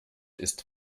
ist